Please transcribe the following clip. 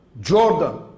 Jordan